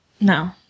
No